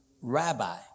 rabbi